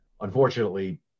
Unfortunately